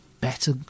better